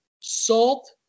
salt